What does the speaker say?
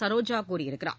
சரோஜா கூறியிருக்கிறார்